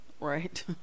right